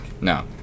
No